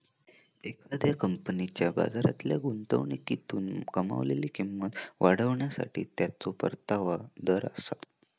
एखाद्या कंपनीच्या बाजारातल्या गुंतवणुकीतून कमावलेली किंमत वाढवण्यासाठी त्याचो परतावा दर आसा